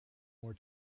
more